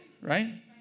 Right